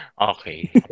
Okay